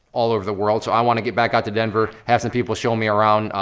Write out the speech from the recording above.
all over the world, so i wanna get back out to denver, have some people show me around,